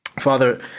Father